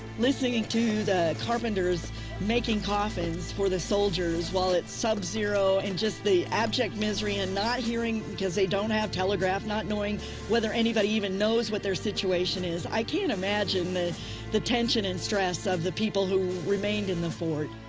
listening and to the carpenters making coffins for the soldiers while it's subzero and just the abject misery and not hearing, because they don't have telegraph, not knowing whether anybody even knows what their situation is. i can't imagine the the tension and stress of the people who remained in the fort.